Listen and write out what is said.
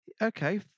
Okay